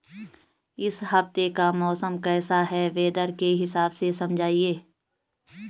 इस हफ्ते का मौसम कैसा है वेदर के हिसाब से समझाइए?